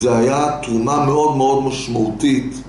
זה היה תרומה מאוד מאוד משמעותית